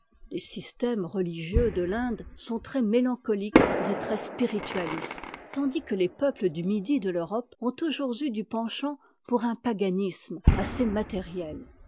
les systèmes religieux de l'inde sont très mélancoliques et très spiritualistes tandis que les peuples du midi de l'europe ont toujours eu du penchant pour un paganisme assez matériel